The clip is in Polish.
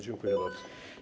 Dziękuję bardzo.